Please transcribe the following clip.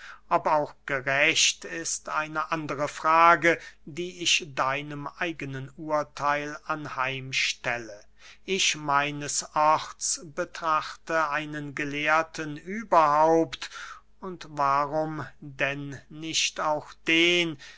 ob auch gerecht ist eine andere frage die ich deinem eigenen urtheil anheim stelle ich meines orts betrachte einen gelehrten überhaupt und warum denn nicht auch den